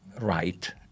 right